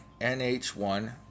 NH1